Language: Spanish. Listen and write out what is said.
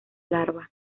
larva